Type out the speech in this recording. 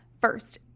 First